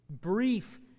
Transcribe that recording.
brief